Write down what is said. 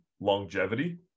longevity